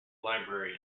library